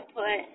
put